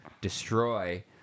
destroy